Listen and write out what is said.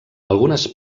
algunes